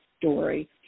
story